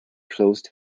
closed